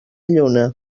lluna